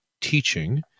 teaching